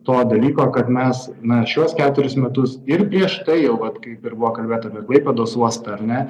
to dalyko kad mes na šiuos keturis metus ir prieš tai jau vat kaip ir buvo kalbėta apie klaipėdos uostą ar ne